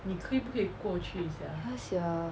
ya sia